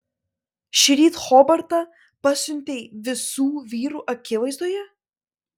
šįryt hobartą pasiuntei visų vyrų akivaizdoje